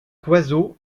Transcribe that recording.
oiseau